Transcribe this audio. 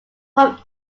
from